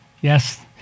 Yes